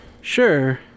sure